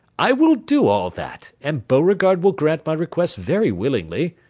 i will do all that, and beauregard will grant my request very willingly.